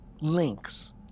links